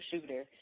shooter